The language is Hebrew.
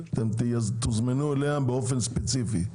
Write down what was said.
תוזמנו אליה באופן ספציפי.